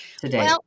today